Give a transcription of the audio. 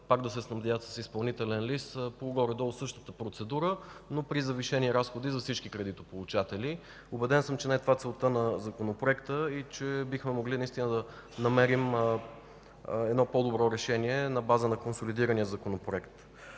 пак да се снабдяват с изпълнителен лист по горе-долу същата процедура, но при завишени разходи за всички кредитополучатели. Убеден съм, че не това е целта на Законопроекта и бихме могли наистина да намерим едно по-добро решение на базата на консолидирания законопроект.